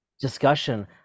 discussion